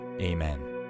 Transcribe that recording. Amen